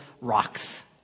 rocks